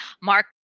Mark